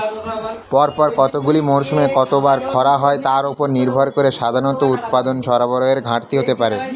পরপর কতগুলি মরসুমে কতবার খরা হয় তার উপর নির্ভর করে সাধারণত উৎপাদন সরবরাহের ঘাটতি হতে পারে